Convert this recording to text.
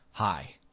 Hi